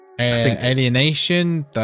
Alienation